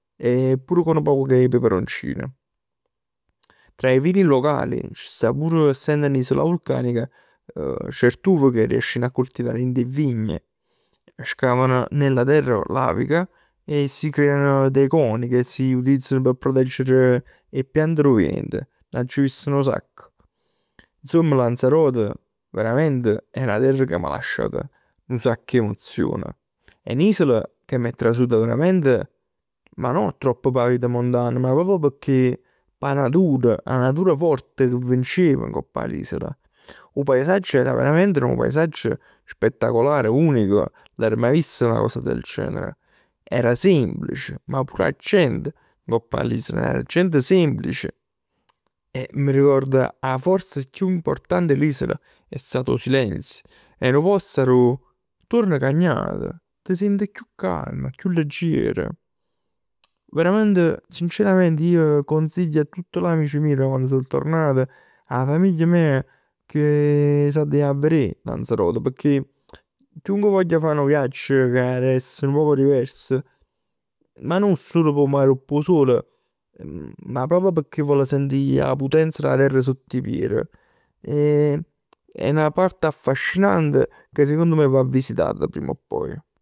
E pur cu nu poc 'e peperoncin. Tra i vini locali, c' sta pur, essendo n'isola vulcanica, certa uva ca riesceno a coltivà dint 'e vigne. Scavano nella terra lavica e si creano dei coni che si utilizzano p' proteggere 'e piante d' 'o vient. N'aggio viste nu sacc. Secondo me Lanzarote è veramente 'na terra ca m' lascia nu sacc 'e emozion. È n'isola che m'è trasut verament, ma no troppo p' 'a vita mondana, ma proprj pecchè p' 'a natur, 'a natura forte ca vincev ngopp 'a l'isola. 'O paesaggio era verament nu paesaggio spettacolare, unico. Nun l'er maje vista 'na cosa del genere. Era semplice, ma pure 'a gent ngopp 'a l'isola, era semplice. E mi ricordo 'a forza chiù importante 'e l'isola è stato 'o silenzio. È nu post arò tuorn cagnat. T' sient chiù calmo, chiù leggier. Veramente, sinceramente ij consiglio a tutt l'amici meje da quann so tornato, 'a famiglia meja che se l'adda ji a verè Lanzarote, pecchè chiunque voglia fa nu viaggio che adda essere nu poc divers, ma nun sul p' 'o mare e p' 'o sole, ma proprio pecchè vole sentì 'a putenz d' 'a terra sott 'e pier. E è 'na parte affascinante che sicond me va visitata prima o poi.